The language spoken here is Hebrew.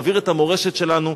מעביר את המורשת שלנו,